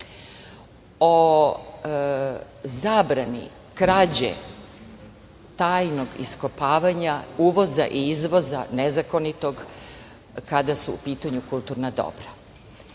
o zabrani krađe tajnog iskopavanja uvoza i izvoza nezakonitog, kada su u pitanju kulturna dobra.